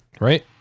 right